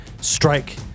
strike